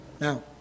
Now